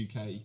UK